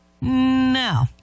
no